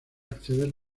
acceder